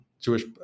Jewish